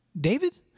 David